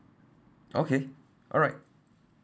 okay alright